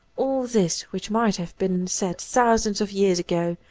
all this, which might have been said thousands of years ago,